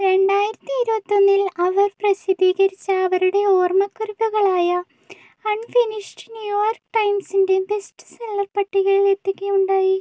രണ്ടായിരത്തി ഇരുപത്തൊന്നിൽ അവർ പ്രസിദ്ധീകരിച്ച അവരുടെ ഓർമ്മക്കുറിപ്പുകളായ അൺഫിനിഷ്ഡ് ന്യൂയോർക്ക് ടൈംസിൻ്റെ ബെസ്റ്റ് സെല്ലർ പട്ടികയിൽ എത്തുകയുണ്ടായി